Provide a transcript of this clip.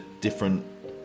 different